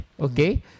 okay